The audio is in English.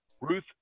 Ruth